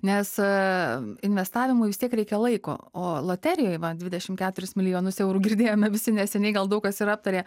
nes investavimui vis tiek reikia laiko o loterijoj va dvidešim keturis milijonus eurų girdėjome visi neseniai gal daug kas ir aptarė